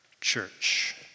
church